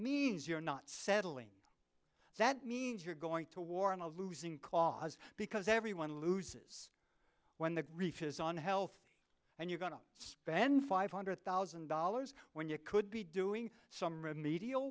means you're not settling that means you're going to war in a losing cause because everyone loses when the reef is on health and you're going to spend five hundred thousand dollars when you could be doing some remedial